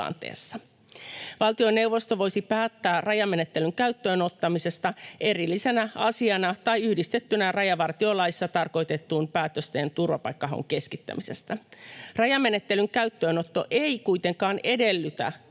Valtioneuvosto voisi päättää rajamenettelyn käyttöönottamisesta erillisenä asiana tai yhdistettynä rajavartiolaissa tarkoitettuun päätökseen turvapaikkahaun keskittämisestä. Rajamenettelyn käyttöönotto ei kuitenkaan edellytä, että